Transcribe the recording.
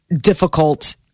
difficult